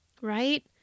right